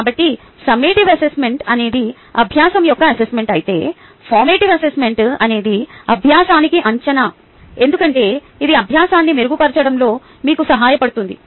కాబట్టి summative assessment అనేది అభ్యాసం యొక్క అసెస్మెంట్ అయితే ఫార్మేటివ్ అసెస్మెంట్ అనేది అభ్యాసానికి అంచనా ఎందుకంటే ఇది అభ్యాసాన్ని మెరుగుపరచడంలో మీకు సహాయపడుతుంది